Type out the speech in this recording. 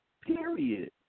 period